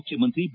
ಮುಖ್ಯಮಂತ್ರಿ ಬಿ